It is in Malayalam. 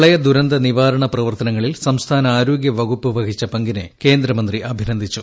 പ്രളയ ദുരന്ത നിവാരണ പ്രവർത്തനങ്ങളിൽ സംസ്ഥാന ആരോഗ്യവ്വകുപ്പ് വഹിച്ച പങ്കിനെ കേന്ദ്രമന്ത്രി അഭിനന്ദിച്ചു